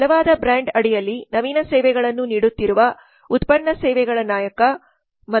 ಬಲವಾದ ಬ್ರಾಂಡ್ ಅಡಿಯಲ್ಲಿ ನವೀನ ಸೇವೆಗಳನ್ನು ನೀಡುತ್ತಿರುವ ಉತ್ಪನ್ನ ಸೇವೆಗಳ ನಾಯಕ ಮತ್ತು 3